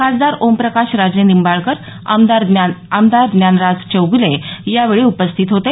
खासदार ओमप्रकाशराजे निंबाळकर आमदार ज्ञानराज चौग्ले यावेळी उपस्थित होते